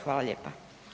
Hvala lijepa.